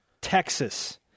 Texas